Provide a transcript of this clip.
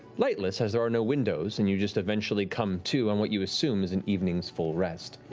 lightless, as there are no windows and you just eventually come to on what you assume is an evening's full rest.